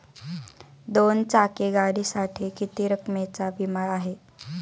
दोन चाकी गाडीसाठी किती रकमेचा विमा आहे?